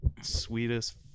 sweetest